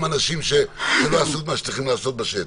אנשים שלא עשו את מה שהם צריכים לעשות בשטח.